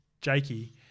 Jakey